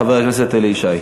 חבר הכנסת אלי ישי.